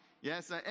Yes